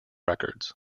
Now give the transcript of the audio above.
records